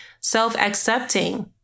self-accepting